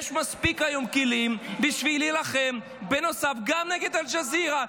יש היום מספיק כלים בשביל להילחם בנוסף גם נגד אל-ג'זירה.